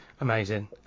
Amazing